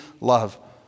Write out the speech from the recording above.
love